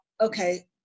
okay